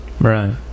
Right